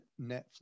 Netflix